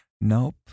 Nope